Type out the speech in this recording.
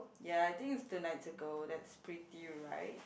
ya I think it's two nights ago that's pretty right